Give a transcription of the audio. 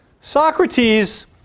Socrates